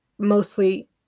mostly